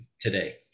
today